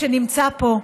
אלאלוף, שנמצא פה,